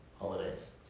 holidays